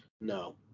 No